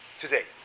today